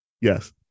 Yes